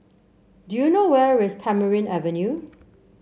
do you know where is Tamarind Avenue